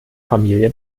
familie